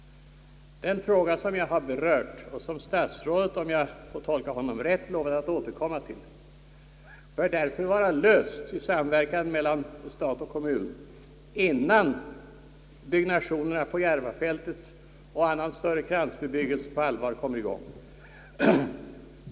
Den fråga som jag har berört och som statsrådet — om jag har tolkat honom rätt — har lovat att återkomma till bör därför vara löst i samverkan mellan stat och kommun, innan byggnationen på Järvafältet och annan större kransbebyggelse på allvar kommer i gång.